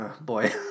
Boy